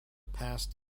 past